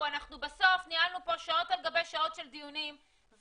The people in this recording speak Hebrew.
אנחנו בסוף ניהלנו פה שעות על גבי שעות של דיונים ואנחנו